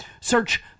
Search